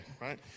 right